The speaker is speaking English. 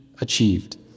achieved